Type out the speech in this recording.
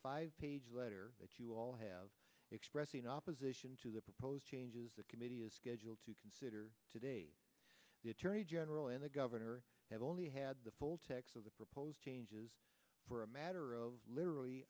five page letter that you all have expressing opposition to the proposed changes the committee is scheduled to consider today the attorney general and the governor have only had the full text of the proposed changes for a matter of literally